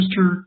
Mr